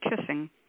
kissing